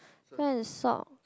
this one is sock